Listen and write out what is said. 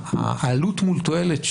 שהעלות מול תועלת,